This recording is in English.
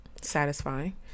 satisfying